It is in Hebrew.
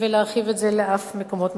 ולהרחיב את זה אף למקומות נוספים.